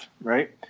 right